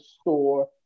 store